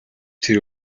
тэр